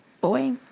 boy